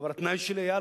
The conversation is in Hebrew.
אבל התנאי שלי היה,